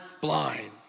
blind